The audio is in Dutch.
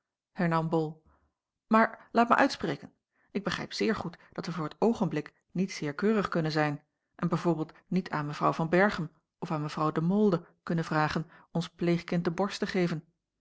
bol maar laat mij uitspreken ik begrijp zeer goed dat wij voor t oogenblik niet zeer keurig kunnen zijn en b v niet aan mevrouw van berchem of aan mevrouw de maulde kunnen vragen ons pleegkind de borst te geven